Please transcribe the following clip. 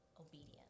obedient